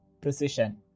precision